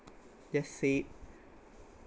just say